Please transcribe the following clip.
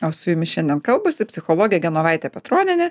o su jumis šiandien kalbasi psichologė genovaitė petronienė